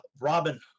Robin